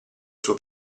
suo